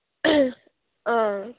अँ